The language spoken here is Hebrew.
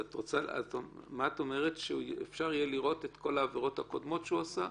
את אומרת שאפשר יהיה לראות את כל העבירות הקודמות שהוא עשה?